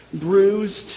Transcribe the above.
bruised